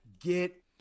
get